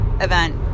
event